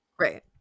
Right